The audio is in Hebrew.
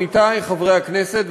עמיתי חברי הכנסת,